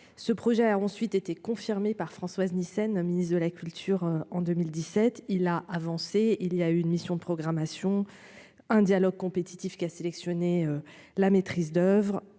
ce projet a ensuite été confirmée par Françoise Nyssen, ministre de la culture en 2017 il a avancé, il y a une mission programmation un dialogue compétitif, qui a sélectionné la maîtrise d'oeuvre